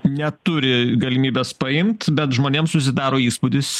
neturi galimybės paimt bet žmonėm susidaro įspūdis